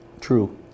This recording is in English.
True